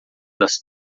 das